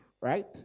right